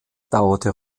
dauerte